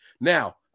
Now